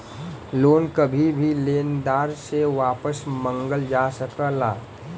loan कभी भी लेनदार से वापस मंगल जा सकला